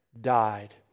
died